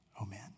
Amen